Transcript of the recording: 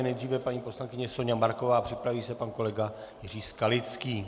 Nejdříve paní poslankyně Soňa Marková, připraví se pan kolega Jiří Skalický.